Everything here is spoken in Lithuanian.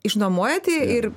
išnuomojat ir